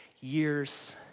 years